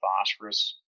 phosphorus